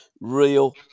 real